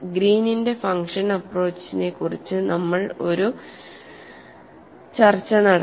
ഗ്രീനിന്റെ ഫങ്ഷൻ അപ്പ്രോച്ചിനെക്കുറിച്ച് നമ്മൾ ഒരു ചർച്ച നടത്തി